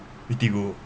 eatigo